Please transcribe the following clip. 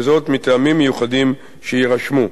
וזאת מטעמים מיוחדים שיירשמו.